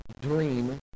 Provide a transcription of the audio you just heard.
dream